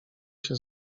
się